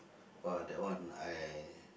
!wah! that one I